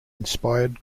inspired